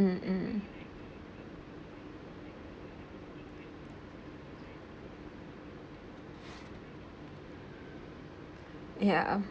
mmhmm ya